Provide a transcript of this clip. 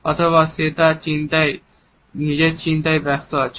অথবা সে তার নিজের চিন্তায় ব্যস্ত আছে